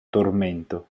tormento